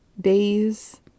days